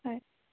হয়